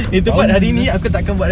tahu lah